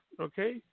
okay